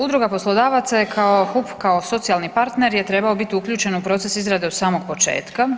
Udruga poslodavaca je kao, HUP kao socijalni partner je trebao biti uključen u proces izrade od samog početka.